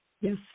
Yes